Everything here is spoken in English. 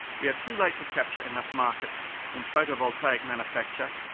we are too late to capture enough market in photovoltaic manufacture,